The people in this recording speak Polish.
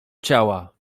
ciała